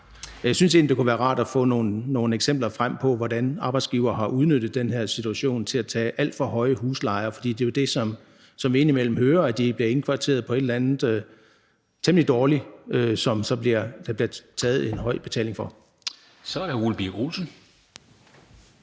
Jeg synes egentlig, det kunne være rart at få nogle eksempler frem på, hvordan arbejdsgivere har udnyttet den her situation til at tage alt for høje huslejer, for det er jo det, som vi indimellem hører, altså at de bliver indkvarteret på et eller andet temmelig dårligt sted, som der så bliver taget en høj betaling for. Kl. 14:19